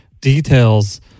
details